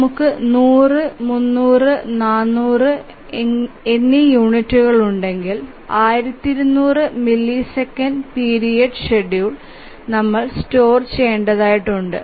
നമുക്ക് 100 300 400 ഉണ്ടെങ്കിൽ 1200 millisecond period schedule ഞങ്ങൾ സംഭരിക്കേണ്ടതുണ്ട്